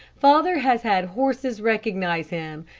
father has had horses recognize him,